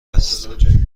است